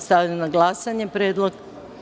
Stavljam na glasanje predlog.